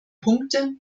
punkte